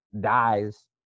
dies